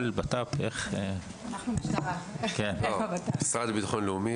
המשרד לביטחון לאומי,